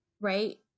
right